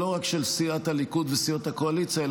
לא רק של סיעת הליכוד וסיעות הקואליציה,